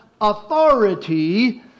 authority